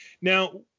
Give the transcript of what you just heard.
Now